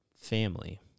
Family